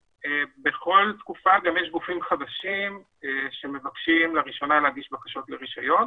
בכל תקופה יש גם גופים חדשים שמבקשים לראשונה להגיש בקשות לרישיון